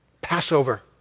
Passover